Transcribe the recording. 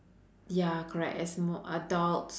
ya correct as more adults